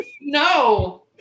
no